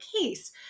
case